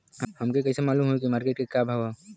हमके कइसे मालूम होई की मार्केट के का भाव ह?